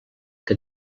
que